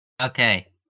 Okay